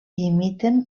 imiten